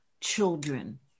children